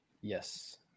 Yes